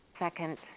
Second